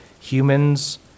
humans